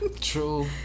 True